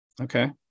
Okay